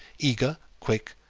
eager, quick,